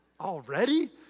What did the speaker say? Already